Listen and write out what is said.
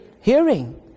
Hearing